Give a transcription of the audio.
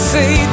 say